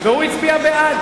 והוא הצביע בעד.